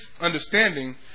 understanding